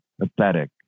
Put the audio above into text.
pathetic